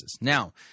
Now